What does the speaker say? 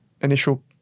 initial